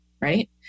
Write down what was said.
right